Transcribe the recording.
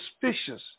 suspicious